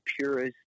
purist